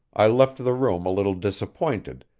i left the room a little disappointed,